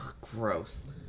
gross